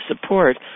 support